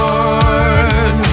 Lord